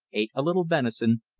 ate a little venison,